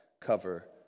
cover